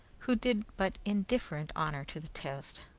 who did but indifferent honour to the toast.